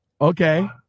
okay